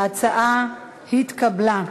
ההצעה התקבלה.